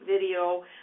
video